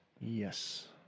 Yes